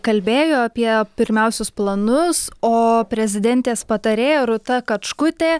kalbėjo apie pirmiausius planus o prezidentės patarėja rūta kačkutė